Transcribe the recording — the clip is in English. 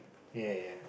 ya ya ya